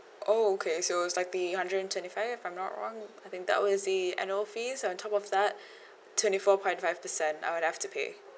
oh okay so it's like the hundred and twenty five if I'm not wrong I think that was the annual fees on top of that twenty four point five percent I would have to pay